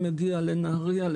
לנהריה,